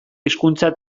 hizkuntza